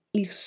il